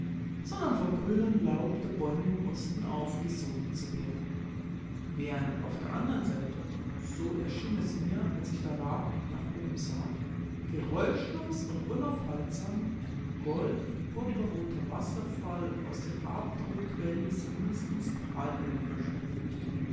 sondern vom grünen laub der bäume im osten aufgesogen zu werden während auf der anderen seite so erschien es mir als ich da lag und nach oben sah geräuschlos und unaufhaltsam ein gold und purpurroter wasserfall aus den abendrotquellen des himmels ins tal